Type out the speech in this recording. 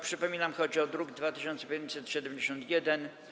Przypominam, że chodzi o druk nr 2571.